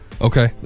Okay